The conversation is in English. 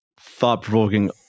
thought-provoking